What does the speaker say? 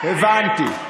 הבנתי.